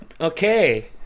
Okay